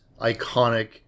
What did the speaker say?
iconic